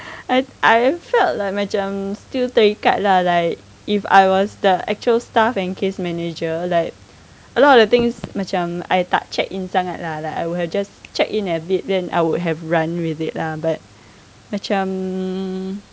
I I felt like macam still terikat lah like if I was the actual staff and case manager like a lot of the things macam I tak check in sangat lah like I would have just check in a bit then I would have run with it lah but macam